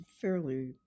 fairly